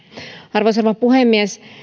arvoisa rouva puhemies